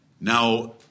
Now